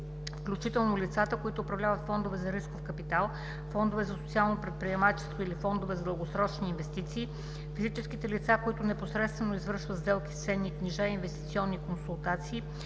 включително лицата, които управляват фондове за рисков капитал, фондове за социално предприемачество или фондове за дългосрочни инвестиции, физическите лица, които непосредствено извършват сделки с ценни книжа и инвестиционни консултации,